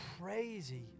crazy